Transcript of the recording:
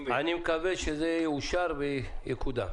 מקווה שזה יאושר ויקודם.